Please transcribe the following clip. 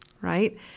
right